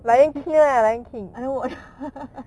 I never watch